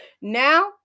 Now